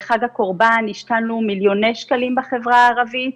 חג הקורבן, השקענו מיליוני שקלים בחברה הערבית.